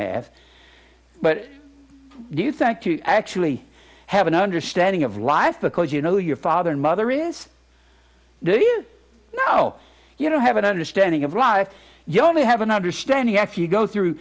half but do you think you actually have an understanding of life because you know your father and mother is do you know you don't have an understanding of life you only have an understanding f you go through